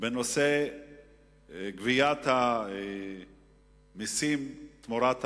בנושא גביית המסים תמורת המים.